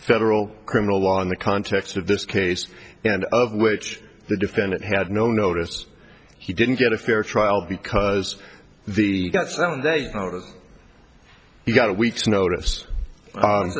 federal criminal law in the context of this case and of which the defendant had no notice he didn't get a fair trial because the got some day he got a week's notice